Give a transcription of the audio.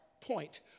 point